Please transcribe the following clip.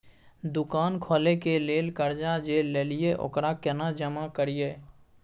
दुकान खोले के लेल कर्जा जे ललिए ओकरा केना जमा करिए?